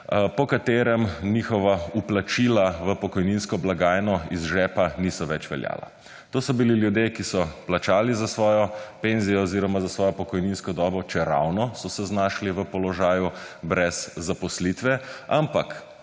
po katerem njihova vplačila v pokojninsko blagajno iz žepa niso več veljala. To so bili ljudje, ki so plačali za svojo penzijo oziroma za svojo pokojninsko dobo, čeravno so se znašli v položaju brez zaposlitve, ampak